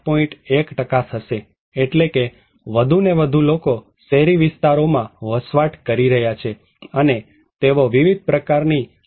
1 થશે એટલે કે વધુ ને વધુ લોકો શહેરી વિસ્તારોમાં વસવાટ કરી રહ્યા છે અને તેઓ વિવિધ પ્રકારની આફતોના સંપર્કમાં આવે છે